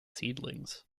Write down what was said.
seedlings